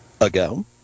ago